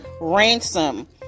ransom